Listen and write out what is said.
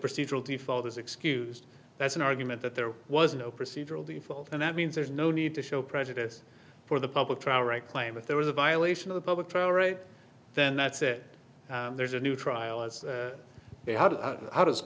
this excused that's an argument that there was no procedural default and that means there's no need to show prejudice for the public trial right claim that there was a violation of the public trial right then that's it there's a new trial as to how does how does